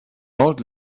old